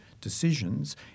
decisions